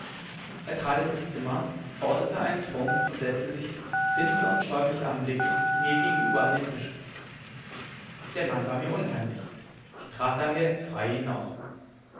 er trat ins zimmer forderte einen trunk und setzte sich finster und scheu mich anblickend mir gegenüber an den tisch der mann war mir unheimlich ich trat daher ins freie hinaus